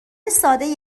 سادهای